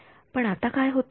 पण आता काय होतेय